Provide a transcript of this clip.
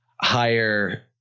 higher